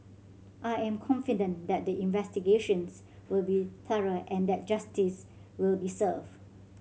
I am confident that the investigations will be thorough and that justice will be served